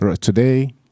today